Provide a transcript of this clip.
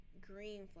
green